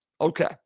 Okay